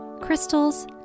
crystals